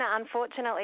unfortunately